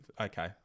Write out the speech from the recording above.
Okay